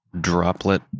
droplet